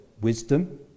wisdom